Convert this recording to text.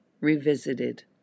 Revisited